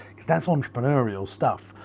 because that's entrepreneurial stuff.